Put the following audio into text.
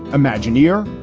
imagineer,